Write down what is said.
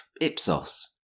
Ipsos